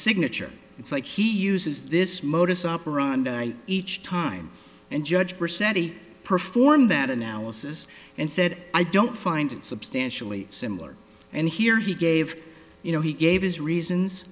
signature it's like he uses this modus operandi each time and judge percent he performed that analysis and said i don't find it substantially similar and here he gave you know he gave his reasons